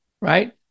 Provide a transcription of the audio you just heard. right